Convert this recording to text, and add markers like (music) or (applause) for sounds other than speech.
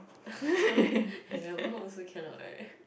(laughs) I never hold also cannot right